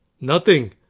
Nothing